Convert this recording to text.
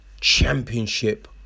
Championship